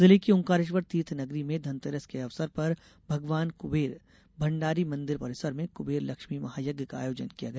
जिले की ओंकारेश्वर तीर्थ नगरी में धनतेरस के अवसर पर भगवान कुंबेर भण्डारी मंदिर परिसर में कुंबेर लक्ष्मी महायज्ञ का आयोजन किया गया